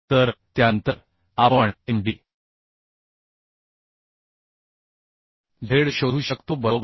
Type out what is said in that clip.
तर त्यानंतर आपण m d z शोधू शकतो बरोबर